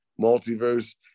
multiverse